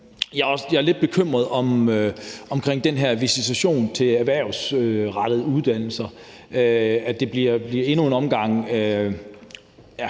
Jeg er lidt bekymret for den her visitation til erhvervsrettede uddannelser. Det er ikke, fordi jeg har